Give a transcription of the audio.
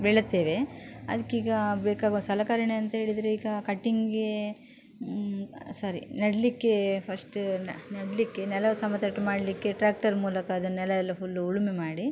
ಬೆಳಿತೇವೆ ಅದ್ಕೆ ಈಗ ಬೇಕಾಗುವ ಸಲಕರಣೆ ಅಂಥೇಳಿದ್ರೆ ಈಗ ಕಟಿಂಗ್ಗೆ ಸಾರಿ ನೆಡ್ಲಿಕ್ಕೆ ಫಸ್ಟ್ ನೆಡ್ಲಿಕ್ಕೆ ನೆಲ ಸಮತಟ್ಟು ಮಾಡಲಿಕ್ಕೆ ಟ್ರಾಕ್ಟರ್ ಮೂಲಕ ಅದನ್ನೆಲ್ಲ ಎಲ್ಲ ಫುಲ್ಲು ಉಳುಮೆ ಮಾಡಿ